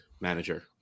manager